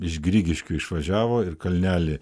iš grigiškių išvažiavo ir kalnelį